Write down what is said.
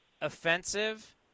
offensive